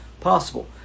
possible